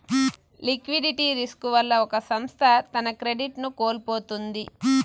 liquidity risk వల్ల ఒక సంస్థ తన క్రెడిట్ ను కోల్పోతుంది